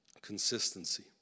consistency